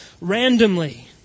randomly